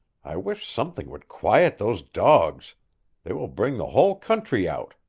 i wish something would quiet those dogs they will bring the whole country out.